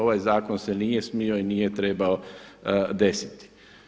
Ovaj zakon se nije smio i nije trebao desiti.